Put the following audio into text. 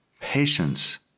Patience